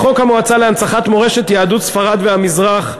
חוק המועצה להנצחת מורשת יהדות ספרד והמזרח,